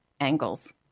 angles